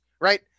right